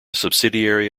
subsidiary